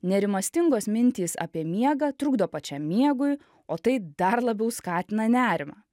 nerimastingos mintys apie miegą trukdo pačiam miegui o tai dar labiau skatina nerimą